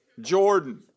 Jordan